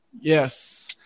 Yes